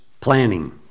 planning